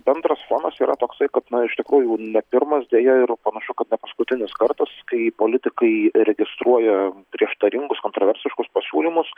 bendras fonas yra toksai kad man iš tikrųjų ne pirmas deja ir panašu kad ne paskutinis kartas kai politikai registruoja prieštaringus kontroversiškus pasiūlymus